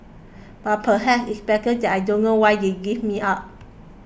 but perhaps it's better that I don't know why they gave me up